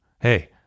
Hey